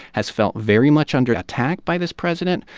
has felt very much under attack by this president,